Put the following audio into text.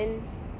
ya